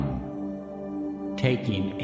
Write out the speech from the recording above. taking